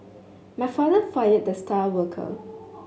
my father fired the star worker